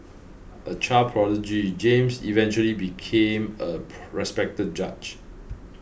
a child prodigy James eventually became a respected judge